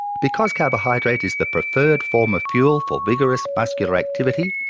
because carbohydrate is the preferred form of fuel for vigorous muscular activity,